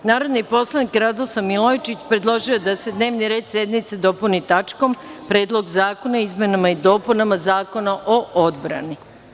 Narodni poslanik Radoslav Milojičić predložio je da se dnevni red sednice dopuni tačkom – Predlog zakona o izmenama i dopunama Zakona o odbrani.